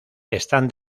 están